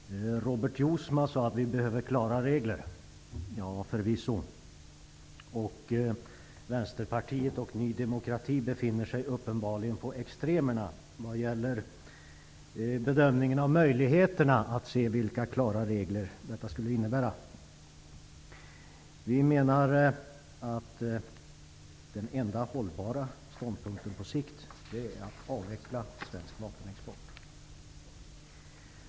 Herr talman! Robert Jousma sade att vi behöver klara regler. Ja, förvisso. Vänsterpartiet och Ny demokrati är uppenbarligen på extremer när det gäller bedömningen av vilka dessa klara regler skulle vara. Vi menar att den enda hållbara ståndpunkten på sikt är att avveckla svensk vapenexport.